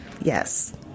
Yes